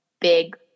big